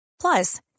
Plus